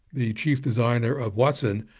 the chief designer of watson,